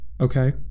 Okay